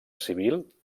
civil